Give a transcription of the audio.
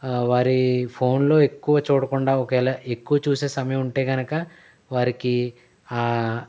వారి ఫోన్ లో ఎక్కువ చూడకుండా ఒకేలా ఎక్కువ చూసే సమయం ఉంటే కనుక వారికి